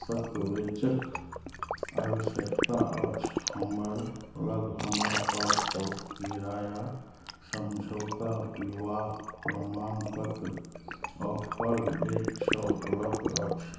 दस्तावेजक आवश्यकता अछि हमरालग हमर पासपोर्ट किराया समझौता विवाह प्रमाणपत्र आओर फॉर्म एक छओ उपलब्ध अछि